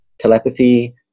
Telepathy